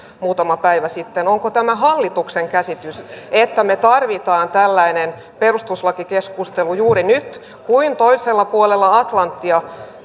muutama päivä sitten onko tämä hallituksen käsitys että me tarvitsemme tällaisen perustuslakikeskustelun juuri nyt kun toisella puolella atlanttia